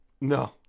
No